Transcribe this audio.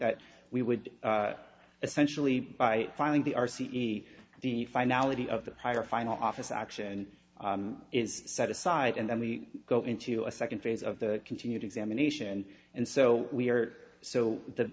that we would essentially by filing the r c e the finality of the higher final office action is set aside and then we go into a second phase of the continued examination and so we are so th